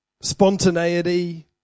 Spontaneity